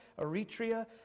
Eritrea